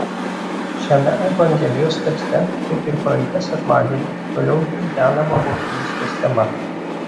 šiame evangelijos tekste kaip ir praeitą sekmadienį toliau gvildenama mokinystės tema